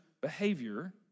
behavior